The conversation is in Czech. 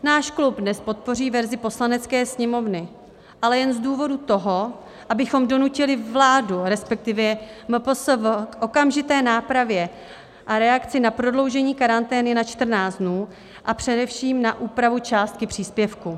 Náš klub dnes podpoří verzi Poslanecké sněmovny, ale jen z toho důvodu, abychom donutili vládu, respektive MPSV, k okamžité nápravě a reakci na prodloužení karantény na 14 dnů, a především na úpravu částky příspěvku.